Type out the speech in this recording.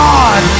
God